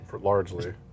largely